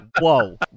Whoa